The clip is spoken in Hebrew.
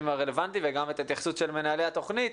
הרלוונטיים וגם את ההתייחסות של מנהלי התוכנית,